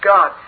God